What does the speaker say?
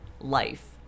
life